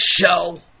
show